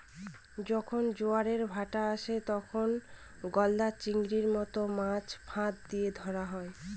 যখন জোয়ারের ভাঁটা আসে, তখন গলদা চিংড়ির মত মাছ ফাঁদ দিয়ে ধরা হয়